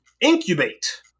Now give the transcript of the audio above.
incubate